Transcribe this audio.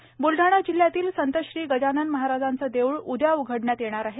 दरम्यान बुलढाणा जिल्ह्यातील संत श्री गजानन महाराजांचे देऊळ उद्या उघडण्यात येणार आहे